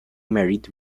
married